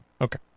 Okay